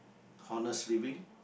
honest living